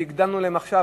והגדלנו להם עכשיו,